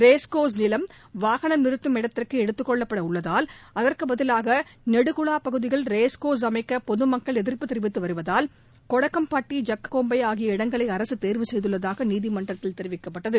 racecourse நிலம் வாகனம் நிறுத்தும் இடத்திற்கு எடுத்துக் கொள்ளப்பட உள்ளதால் அதற்கு பதிலாக நெடுகுளா பகுதியில் ரேஸ் கோர்ஸ் அமைக்க பொதுமக்கள் எதிர்ப்பு தெரிவித்து வருவதால் கொடைக்கம்பட்டி ஐக்ககோம்பை ஆகிய இடங்களை அரசுத் தேர்வு செய்துள்ளதாக நீதிமன்றத்தில் தெரிவிக்கப்பட்டது